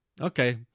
okay